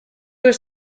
was